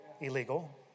illegal